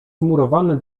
wmurowane